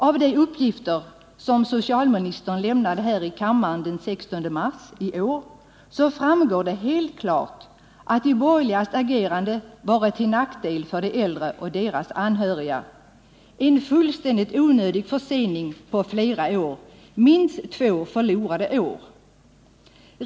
Av de uppgifter som socialministern lämnade här i kammaren den 16 mars i år framgår det helt klart att de borgerligas agerande varit till nackdel för de äldre och deras anhöriga. Det har lett till en fullständigt onödig försening på flera år — minst två förlorade år.